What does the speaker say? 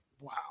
Wow